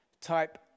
type